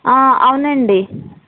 అవునండి